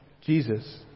Jesus